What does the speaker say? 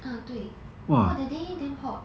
啊对 !wah! that day damn hot